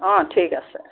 অঁ ঠিক আছে